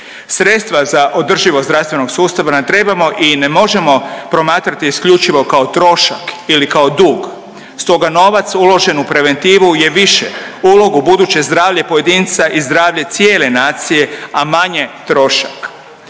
Sredstva za održivost zdravstvenog sustava nam trebamo i ne možemo promatrati isključivo kao trošak ili kao dug, stoga novac uložen u preventivu je više, ulogu buduće zdravlje pojedinca i zdravlje cijele nacije, a manje trošak.